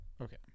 Okay